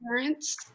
parents